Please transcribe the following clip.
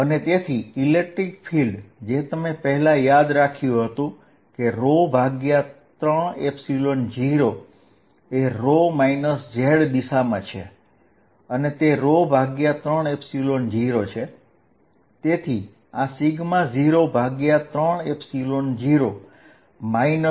અને તેથી electric field જે તમે યાદ કરો કે આપણે પહેલાં a3 0 શોધ્યું હતું તે a3 0 થશે